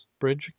bridge